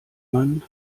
man